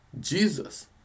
Jesus